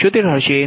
0375 હશે